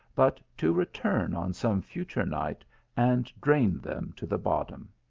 but to return on some future night and drain them to the bottom.